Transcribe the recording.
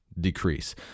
decrease